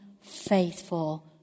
faithful